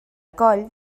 coll